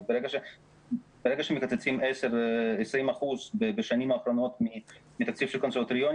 ברגע שמקצצים 10,20% בשנים האחרונות מתקציב של קונסרבטוריונים